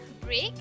break